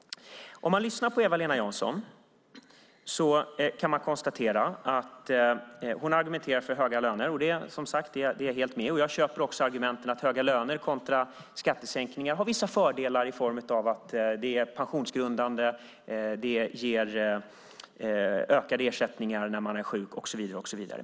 Om man lyssnar på Eva-Lena Jansson kan man konstatera att hon argumenterar för höga löner, och det är jag som sagt var helt med på. Jag köper också argumenten att höga löner har vissa fördelar gentemot skattesänkningar, i form av att det är pensionsgrundande och ger ökade ersättningar när man är sjuk och så vidare.